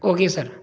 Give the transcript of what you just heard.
okay sir